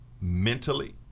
mentally